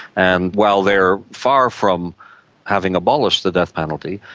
and while they are far from having abolished the death penalty,